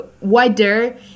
wider